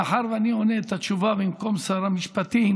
מאחר שאני עונה את התשובה במקום שר המשפטים